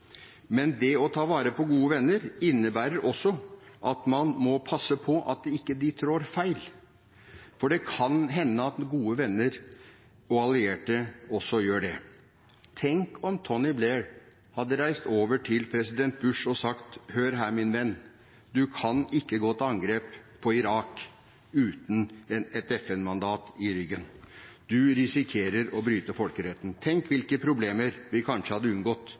Men det å ta vare på gode venner innebærer også at man må passe på at de ikke trår feil, for det kan hende at gode venner og allierte også gjør det. Tenk om Tony Blair hadde reist over til president Bush og sagt: Hør her, min venn. Du kan ikke gå til angrep på Irak uten et FN-mandat i ryggen. Du risikerer å bryte folkeretten. – Tenk hvilke problemer vi kanskje hadde unngått